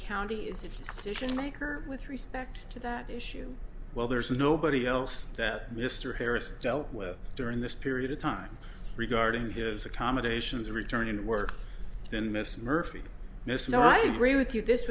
solution maker with respect to that issue well there's nobody else that mr harris dealt with during this period of time regarding his accommodations return and work then miss murphy miss no i gree with you this